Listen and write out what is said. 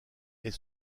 est